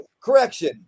Correction